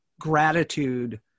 gratitude